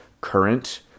current